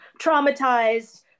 traumatized